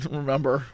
remember